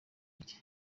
rye